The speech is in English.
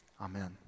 Amen